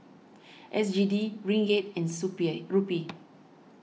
S G D Ringgit and Rupee